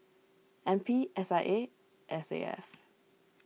N P S I A S A F